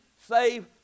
save